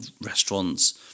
restaurants